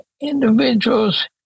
individuals